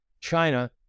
China